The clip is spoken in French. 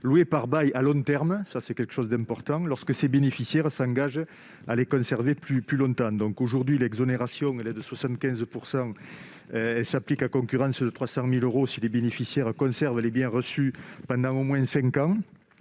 loués par bail à long terme, j'y insiste, lorsque ses bénéficiaires s'engagent à les conserver plus longtemps. Aujourd'hui, l'exonération de 75 % s'applique à concurrence de 300 000 euros si les bénéficiaires conservent les biens reçus pendant au moins cinq